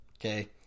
okay